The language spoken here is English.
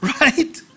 right